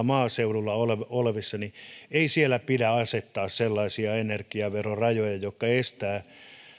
maaseudulla ei siellä pidä asettaa sellaisia energiaverorajoja jotka estävät